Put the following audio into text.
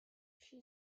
she